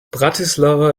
bratislava